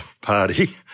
party